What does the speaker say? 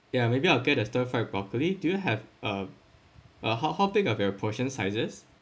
ya maybe I'll get the stir fried broccoli do have uh how how big of your portion sizes